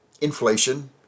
inflation